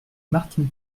martine